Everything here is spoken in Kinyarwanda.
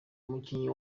umukinnyi